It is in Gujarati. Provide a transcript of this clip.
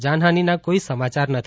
જાનહાનિનાં કોઈ સમાચાર નથી